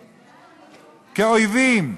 כאויבים.